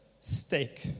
stake